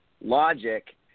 logic